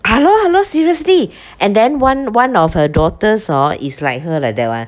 !hannor! !hannor! seriously and then one one of her daughters hor is like her like that [one]